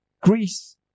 Greece